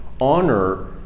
honor